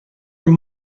were